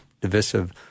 divisive